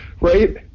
Right